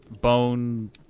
bone